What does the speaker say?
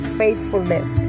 faithfulness